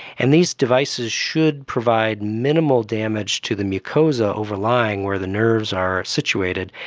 and these devices should provide minimal damage to the mucosa overlying where the nerves are situated,